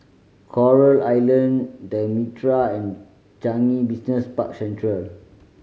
Coral Island The Mitraa and Changi Business Park Central